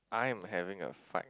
I am having a fight